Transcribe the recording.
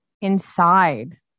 inside